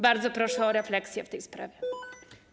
Bardzo proszę o refleksję w tej sprawie.